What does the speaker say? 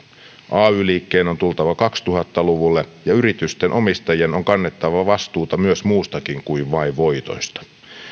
ay liikkeen on tultava kaksituhatta luvulle ja yritysten omistajien on kannettava vastuuta myös muusta kuin vain voitoista